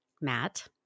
Matt